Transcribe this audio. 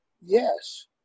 yes